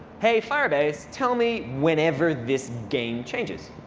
hey, firebase, tell me whenever this game changes.